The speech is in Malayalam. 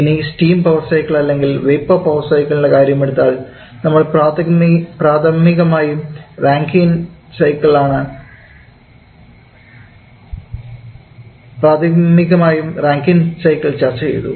ഇനി സ്റ്റീം പവർ സൈക്കിൾ അല്ലെങ്കിൽ വേപ്പർ പവർ സൈക്കിളിൻറെ കാര്യമെടുത്താൽ നമ്മൾ പ്രാഥമികമായും റാങ്കൈന് സൈക്കിൾ ചർച്ച ചെയ്തു